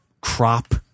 crop